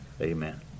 Amen